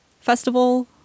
Festival